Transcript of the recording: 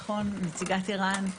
נציגת ער"ן,